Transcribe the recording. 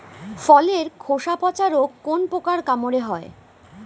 ফলের খোসা পচা রোগ কোন পোকার কামড়ে হয়?